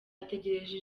ategereje